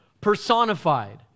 personified